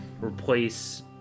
replace